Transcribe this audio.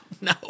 no